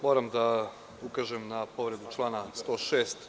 Moram da ukažem na povredu člana 106.